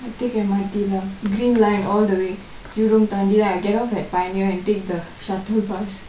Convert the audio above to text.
take M_R_T lah green line all the way jurongk தாண்டி:thaandi then I get off at pioneer and take the shuttle bus